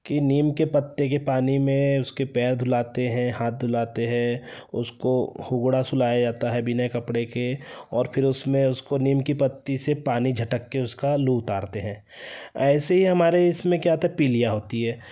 कि नीम के पत्ते के पानी में उसके पैर धुलाते हैं हाथ धुलाते हैं उसको होगड़ा सुलाया जाता है बिने कपड़े के और फिर उसमें उसको नीम की पत्ती से पानी झटक कर उसका लू उतारते हैं ऐसे ही हमारे इसमें क्या था पीलिया होती है